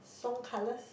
song colours